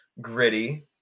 gritty